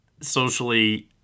socially